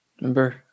Remember